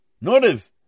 Notice